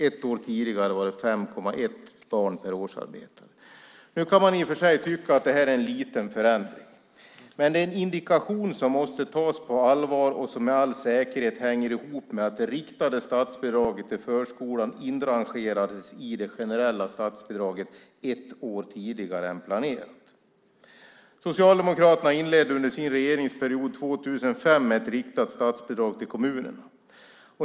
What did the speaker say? Ett år tidigare var det 5,1 barn per årsarbetare. Man i och för sig tycka att detta är en liten förändring. Men det är en indikation som måste tas på allvar och som med all säkerhet hänger ihop med att det riktade statsbidraget till förskolan inrangerades i det generella statsbidraget ett år tidigare än planerat. Socialdemokraterna införde under sin regeringsperiod 2005 ett riktat statsbidrag till kommunerna.